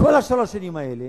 כל שלוש השנים האלה,